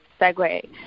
segue